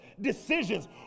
decisions